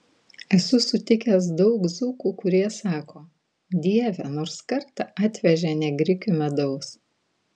esu sutikęs daug dzūkų kurie sako dieve nors kartą atvežė ne grikių medaus